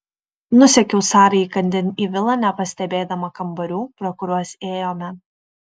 nusekiau sarai įkandin į vilą nepastebėdama kambarių pro kuriuos ėjome